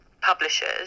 publishers